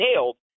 nailed